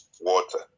water